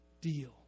deal